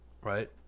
right